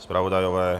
Zpravodajové?